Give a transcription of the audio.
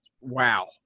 wow